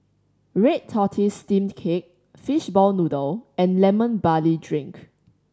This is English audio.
red tortoise steamed cake fishball noodle and Lemon Barley Drink